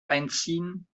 einziehen